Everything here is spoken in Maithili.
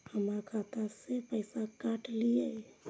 हमर खाता से पैसा काट लिए?